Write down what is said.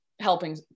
Helping